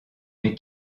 mes